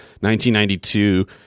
1992